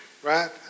Right